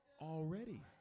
already